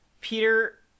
peter